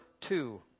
two